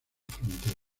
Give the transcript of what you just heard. frontera